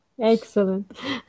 Excellent